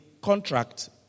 contract